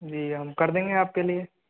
जी हम कर देंगे आपके लिए